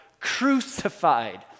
crucified